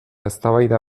eztabaida